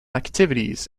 activities